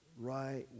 right